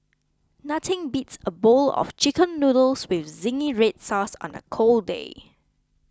nothing beats a bowl of Chicken Noodles with Zingy Red Sauce on a cold day